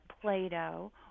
Play-Doh